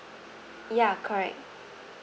ya correct